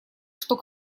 что